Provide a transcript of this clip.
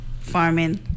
farming